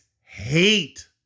hate